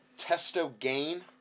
Testogain